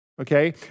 okay